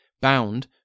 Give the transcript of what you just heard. bound